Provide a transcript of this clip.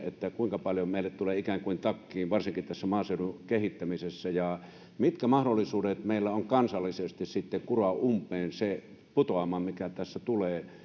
kuinka paljon meille tulee ikään kuin takkiin varsinkin tässä maaseudun kehittämisessä mitkä mahdollisuudet meillä on kansallisesti kuroa umpeen se putoama mikä tässä tulee